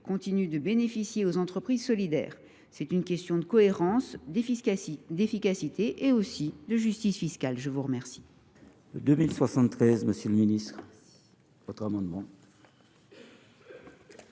continue de bénéficier aux entreprises solidaires. C’est une question de cohérence, d’efficacité, mais aussi de justice fiscale. L’amendement